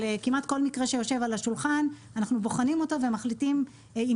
כמעט כל מקרה שיושב על השולחן אנחנו בוחנים אותו ומחליטים אם